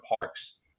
parks